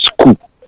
school